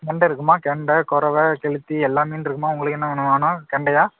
கெண்டை இருக்கும்மா கெண்டை கொரவை கெழுத்தி எல்லாம் மீன் இருக்கும்மா உங்களுக்கு என்ன மீனும்மா வேணும் கெண்டையா